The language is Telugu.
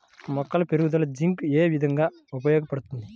మొక్కల పెరుగుదలకు జింక్ ఏ విధముగా ఉపయోగపడుతుంది?